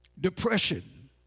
Depression